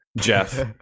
Jeff